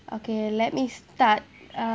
okay let me start uh